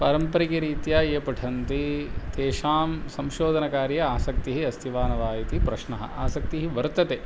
पारम्परिकरीत्या ये पठन्ति तेषां संशोधनकार्ये आसक्तिः अस्ति वा न वा इति प्रश्नः आसक्तिः वर्तते